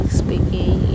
speaking